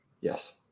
yes